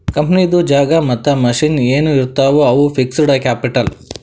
ಕಂಪನಿದು ಜಾಗಾ ಮತ್ತ ಮಷಿನ್ ಎನ್ ಇರ್ತಾವ್ ಅವು ಫಿಕ್ಸಡ್ ಕ್ಯಾಪಿಟಲ್